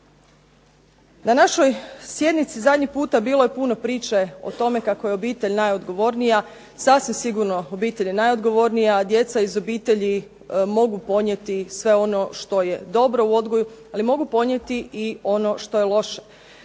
Na našoj sjednici zadnji puta bilo je puno priče o tome kako je obitelj najodgovornija. Sasvim sigurno obitelj je najodgovornija, a djeca iz obitelji mogu ponijeti sve ono što je dobro u odgoju, ali mogu ponijeti i ono što je loše.